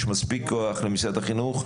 משרד החינוך,